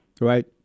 Right